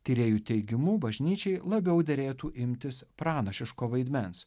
tyrėjų teigimu bažnyčiai labiau derėtų imtis pranašiško vaidmens